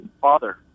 father